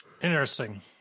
Interesting